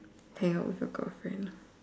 hangout with your girlfriend